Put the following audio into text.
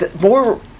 more